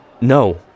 No